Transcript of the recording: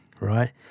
right